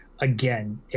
Again